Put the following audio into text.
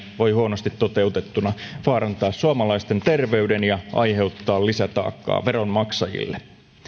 voi huonosti toteutettuna vaarantaa suomalaisten terveyden ja aiheuttaa lisätaakkaa veronmaksajille